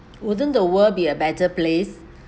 wouldn't the world be a better place